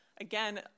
again